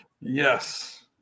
Yes